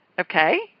Okay